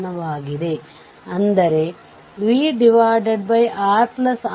terminal 1 ಮತ್ತು 2 ರಿಂದ load ಅನ್ನು ತೆಗೆದು ಹಾಕಿದರೆ ಓಪನ್ ಸರ್ಕ್ಯೂಟ್ ಆಗುತ್ತದೆ